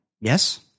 Yes